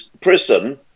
prison